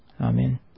Amen